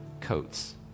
coats